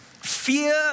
Fear